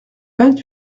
vingt